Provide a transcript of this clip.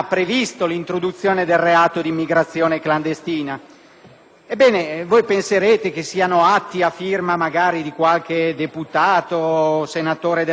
Ebbene, penserete che sono atti a firma di qualche deputato o senatore della Lega o di Alleanza Nazionale, ma purtroppo non